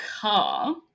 car